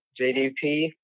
JDP